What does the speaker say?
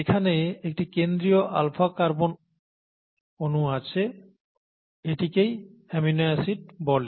এখানে একটি কেন্দ্রীয় আলফা কার্বন অনু আছে এটিকেই অ্যামিনো অ্যাসিড বলে